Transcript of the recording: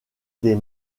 des